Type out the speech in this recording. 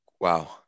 wow